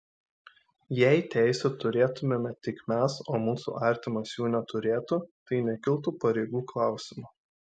jei teisių turėtumėme tik mes o mūsų artimas jų neturėtų tai nekiltų pareigų klausimo